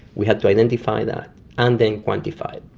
we had to identify that and then quantify it.